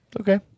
Okay